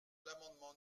l’amendement